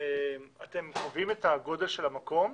אתם קובעים את הגודל של המקום?